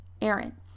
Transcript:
Aaron